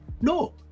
No